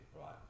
right